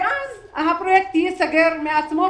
ואז הפרויקט ייסגר מעצמו,